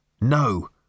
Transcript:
No